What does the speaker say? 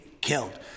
killed